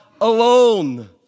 alone